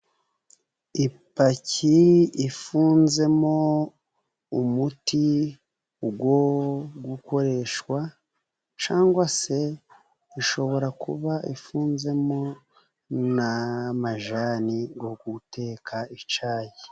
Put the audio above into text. Ipaki ifunzemo umuti wo gukoreshwa, cyangwa se ishobora kuba ifunzemo n'amajyani yo guteka icyayi.